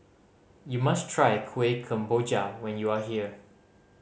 you must try Kuih Kemboja when you are here